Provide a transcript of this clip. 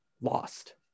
lost